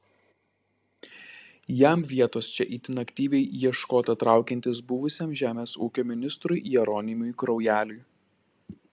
jam vietos čia itin aktyviai ieškota traukiantis buvusiam žemės ūkio ministrui jeronimui kraujeliui